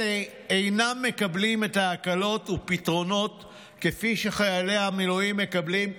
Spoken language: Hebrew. אלה אינם מקבלים את ההקלות והפתרונות כפי שחיילי המילואים מקבלים,